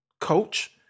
coach